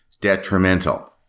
detrimental